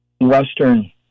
Western